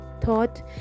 thought